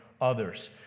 others